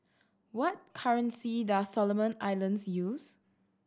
what currency does Solomon Islands use